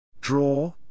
Draw